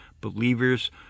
believers